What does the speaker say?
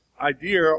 idea